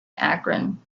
akron